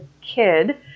kid